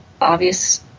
obvious